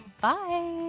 Bye